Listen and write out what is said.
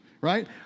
Right